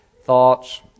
thoughts